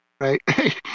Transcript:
right